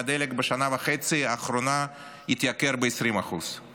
והדלק בשנה וחצי האחרונות התייקר ב-20%;